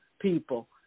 people